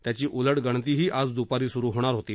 त्याची उलटगणतीही आज द्पारी सुरू होणार होती